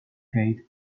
gait